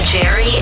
Jerry